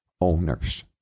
owners